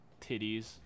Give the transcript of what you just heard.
titties